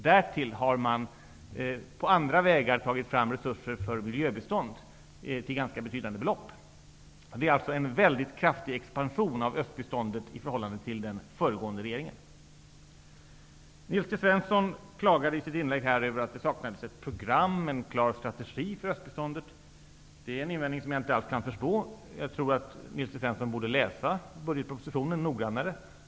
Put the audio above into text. Därtill har man på andra vägar tagit fram resurser för miljöbistånd till ganska betydande belopp. Det är alltså en mycket kraftig expansion av östbiståndet i förhållande till den föregående regeringens satsning. Nils T Svensson klagade i sitt inlägg över att det saknades ett program med en klar strategi för östbiståndet. Det är en invändning som jag inte alls kan förstå. Jag tror att Nils T Svensson borde läsa budgetpropositionen noggrannare.